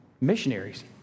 Missionaries